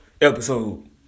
episode